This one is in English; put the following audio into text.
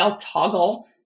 toggle